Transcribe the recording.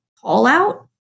call-out